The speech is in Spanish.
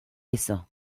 eso